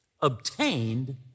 obtained